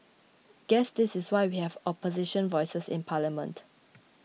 guess this is why we have opposition voices in parliament